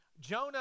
Jonah